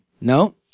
No